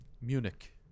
Munich